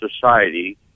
society